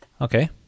okay